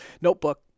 notebook